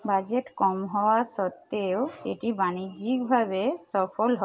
budget কম হওয়া সত্ত্বেও এটি বাণিজ্যিকভাবে সফল হয়